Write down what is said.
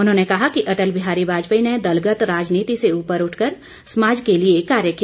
उन्होंने कहा कि अटल बिहारी वाजपेयी ने दलगत राजनीति से उपर उठकर समाज के लिए कार्य किया